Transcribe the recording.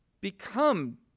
become